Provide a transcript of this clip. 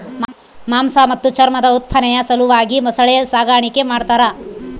ಮಾಂಸ ಮತ್ತು ಚರ್ಮದ ಉತ್ಪಾದನೆಯ ಸಲುವಾಗಿ ಮೊಸಳೆ ಸಾಗಾಣಿಕೆ ಮಾಡ್ತಾರ